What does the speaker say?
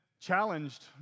challenged